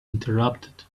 interrupted